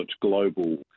global